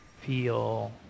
feel